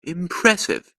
impressive